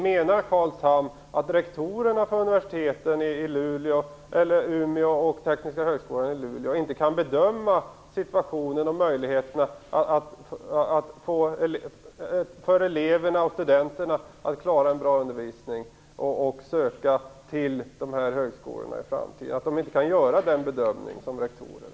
Menar Carl Tham att rektorerna på universiteten i Luleå, Umeå eller på Tekniska högskolan i Luleå inte kan bedöma situationen och möjligheterna för eleverna och studenterna att få en bra undervisning och söka till dessa högskolor i framtiden? Kan de inte som rektorer göra den bedömningen?